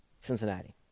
Cincinnati